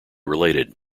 related